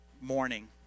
morning